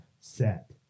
set